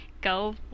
go